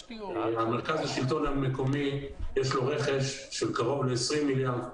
למרכז לשלטון מקומי יש לו רכש של קרוב ל-20 מיליארד שקל.